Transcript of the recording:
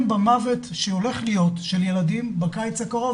במוות שהולך להיות של ילדים בקיץ הקרוב,